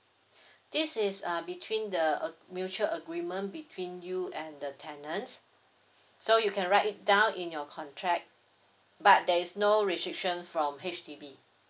this is uh between the ag~ mutual agreement between you and the tenants so you can write it down in your contract but there is no restriction from H_D_B